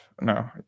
No